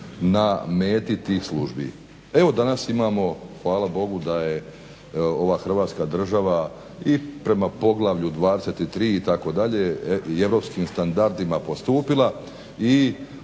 na meti tih službi. Evo danas imamo hvala Bogu da je ova Hrvatska država i prema poglavlju 23. itd. i europskim standardima postupila i